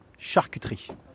charcuterie